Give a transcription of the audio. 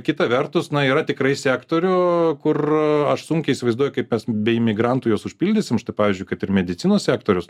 kita vertus yra tikrai sektorių kur aš sunkiai įsivaizduoju kaip tas be imigrantų jos užpildysim štai pavyzdžiui kad ir medicinos sektorius